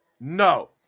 No